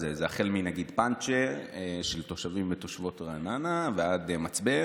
החל מפנצ'ר של תושבים ותושבות רעננה ועד מצבר